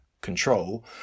control